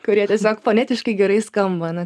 kurie tiesiog fonetiškai gerai skamba na